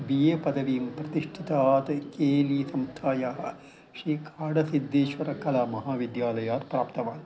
B A पदवीं प्रतिष्ठितात् केली संस्थायाः श्रीखाडसिद्देश्वरकलामहाविद्यालयात् प्राप्तवान्